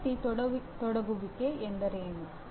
ವಿದ್ಯಾರ್ಥಿ ತೊಡಗುವಿಕೆ ಎಂದರೇನು